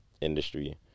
industry